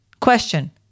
Question